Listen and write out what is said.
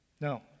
No